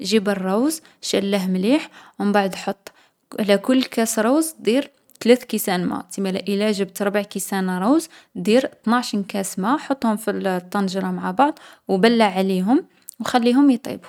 جيب الرّوز، شلّله مليح و مبعد حط على كل كاس روز دير ثلث كيسان ما. تسمالا إلا جبت ربع كيسان روز، دير ثناعشن كاس ما، حطهم في الطنجرة مع بعض و بلّع عليهم و خليهم يطيبو.